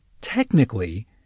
technically